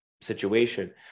situation